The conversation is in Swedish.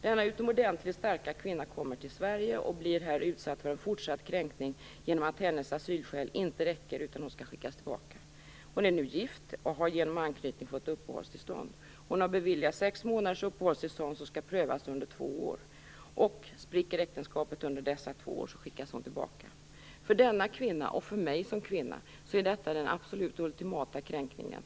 Denna utomordentligt starka kvinna kommer till Sverige och blir här utsatt för en fortsatt kränkning genom att hennes asylskäl inte räcker utan hon skall skickas tillbaka. Kvinnan är nu gift och har genom anknytning fått uppehållstillstånd. Hon har beviljats sex månaders uppehållstillstånd som skall prövas under två år. Och spricker äktenskapet under dessa två år skickas hon tillbaka. För denna kvinna - och för mig som kvinna - är detta den absolut ultimata kränkningen.